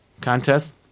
contest